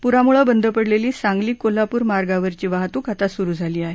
पुरामुळे बंद पडलेली सांगली कोल्हापूर मार्गावरची वाहतूक आता सुरू झाली आहे